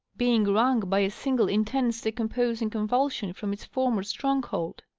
being wrung by a single intense decomposing convulsion from its former stronghold.